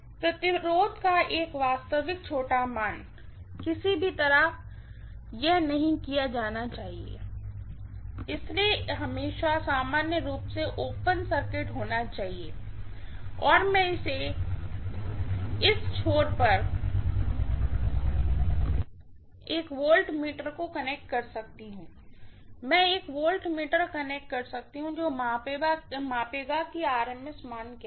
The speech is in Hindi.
रेजिस्टेंस का एक वास्तविक छोटा मान किसी भी तरह यह नहीं किया जाना चाहिए इसे हमेशा सामान्य रूप से ओपन सर्किट होना चाहिए और मैं इस छोर पर एक वोल्टमीटर को कनेक्ट कर सकती हूँ मैं एक वोल्टमीटर कनेक्ट कर सकती हूँ जो मापेगा कि RMS मान क्या है